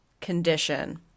condition